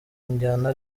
njyana